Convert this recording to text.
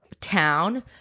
town